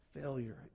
failure